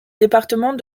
département